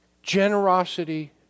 Generosity